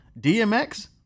DMX